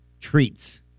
treats